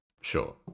Sure